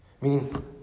Meaning